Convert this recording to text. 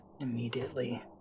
immediately